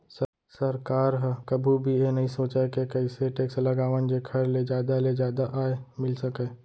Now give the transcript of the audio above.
सरकार ह कभू भी ए नइ सोचय के कइसे टेक्स लगावन जेखर ले जादा ले जादा आय मिल सकय